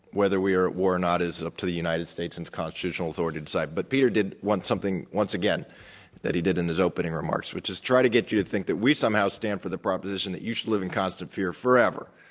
whether we are at war or not is up to the united states and its constitutional authority to decide. but peter did something once again that he did in his opening remarks, which is try to get you to think that we somehow stand for the proposition that you should live in constant fear forever,